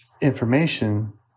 information